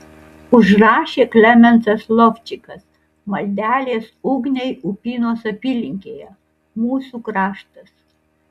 užrašė klemensas lovčikas maldelės ugniai upynos apylinkėje mūsų kraštas